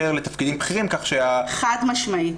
לתפקידים בכירים כך שה- -- חד משמעית.